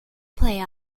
play